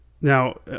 now